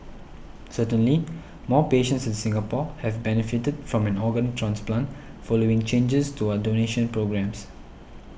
certainly more patients in Singapore have benefited from an organ transplant following changes to our donation programmes